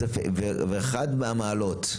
ואחת מהמעלות,